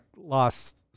lost